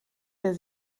der